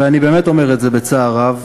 ואני באמת אומר את זה בצער רב,